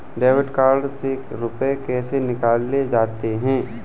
Debit card से रुपये कैसे निकाले जाते हैं?